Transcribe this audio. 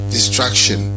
distraction